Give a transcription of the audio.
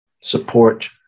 support